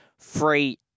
free